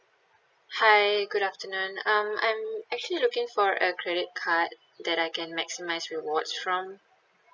hi good afternoon um I'm actually looking for a credit card that I can maximise rewards from